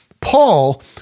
Paul